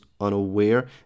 unaware